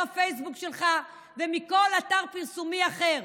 הפייסבוק שלך ומכל אתר פרסומי אחר,